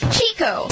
Chico